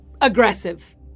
aggressive